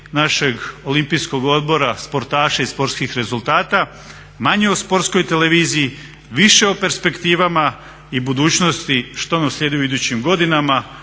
našeg Olimpijskog odbora, sportaša i sportskih rezultata, manje o sportskoj televiziji, više o perspektivama i budućnosti što nam slijedi u idućim godinama,